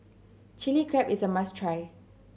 Chilli Crab is a must try